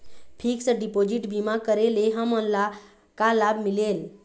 Fix deposit बीमा करे ले हमनला का लाभ मिलेल?